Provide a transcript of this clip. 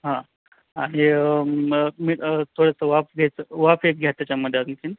हां आणि म् मी थोडंसं वाफ घ्यायचं वाफ एक घ्या त्याच्यामध्ये आणखीन